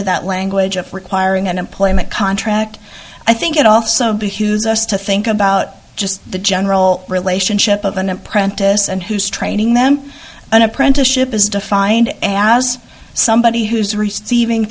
to that language of requiring an employment contract i think it also be hughes us to think about just the general relationship of an apprentice and who's training them an apprenticeship is defined as somebody who's receiving